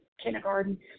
kindergarten